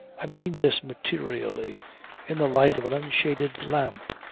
i mean this materially in the light of an unshaded lamp.